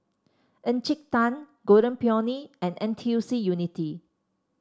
Encik Tan Golden Peony and N T U C Unity